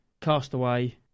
Castaway